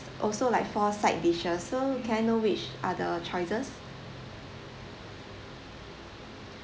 also like four side dishes so can I know which are the choices